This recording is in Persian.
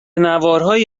نوارهایی